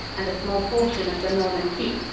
and a small portion of the norman keep,